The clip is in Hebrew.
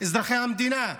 אזרחי המדינה,